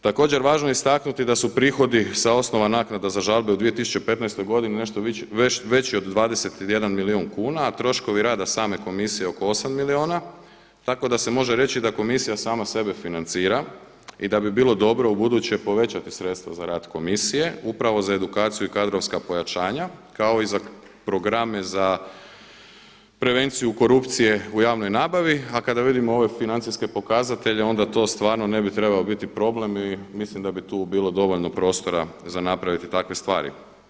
Također važno je istaknuti da su prihodi sa osnova naknada za žalbe u 2015. godini nešto veći od 21 milijun kuna, a troškovi rada same komisije oko 8 milijuna tako da se može reći da komisija sama sebe financira i da bi bilo dobro u buduće povećati sredstva za rad komisije upravo za edukaciju i kadrovska pojačanja kao i za programe za prevenciju korupcije u javnoj nabavi, a kada vidimo ove financijske pokazatelje onda to stvarno ne bi trebao biti problem i mislim da bi tu bilo dovoljno prostora za napraviti takve stvari.